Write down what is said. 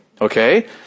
okay